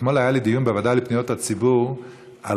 אתמול היה לי דיון בוועדה לפניות הציבור על